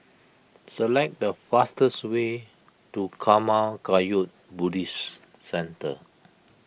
select the fastest way to Karma Kagyud Buddhist Centre